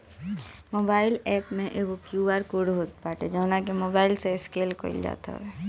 mobile app में एगो QR code होत बाटे जवना के मोबाईल से स्केन कईल जात हवे